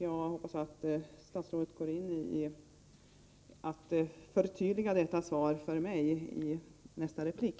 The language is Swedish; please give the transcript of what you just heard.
Jag hoppas att statsrådet förtydligar detta för mig i nästa replik.